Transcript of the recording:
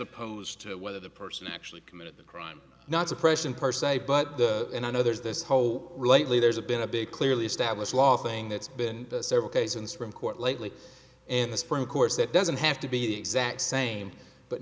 opposed to whether the person actually committed the crime not suppression per se but and i know there's this whole lately there's been a big clearly established law thing that's been several cases from court lately and this for of course it doesn't have to be the exact same but